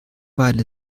weil